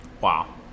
Wow